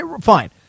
Fine